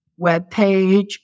webpage